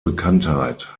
bekanntheit